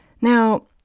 Now